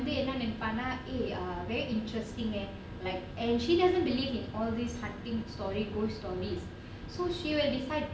vietnam and foreigner he are very interesting eh like and she doesn't believe in all these hunting story ghost stories so she will decide